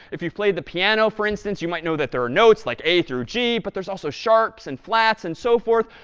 if you play the piano, for instance, you might know that there are notes, like a through g. but there's also sharps and flats and so forth.